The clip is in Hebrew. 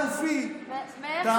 תאמיני לי,